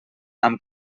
amb